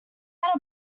had